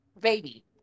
baby